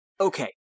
okay